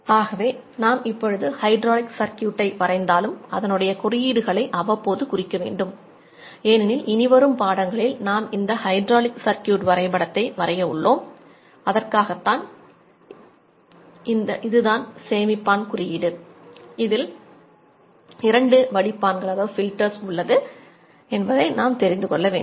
ஆகவே நாம் எப்பொழுது ஹைட்ராலிக் சர்க்கியூட்டை உள்ளது என்பதை நாம் அறிந்து கொள்ள வேண்டும்